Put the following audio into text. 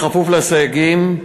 כפוף לסייגים,